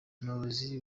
umuyobozi